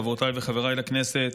חברותיי וחבריי לכנסת,